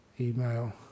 email